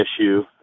issue